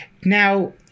Now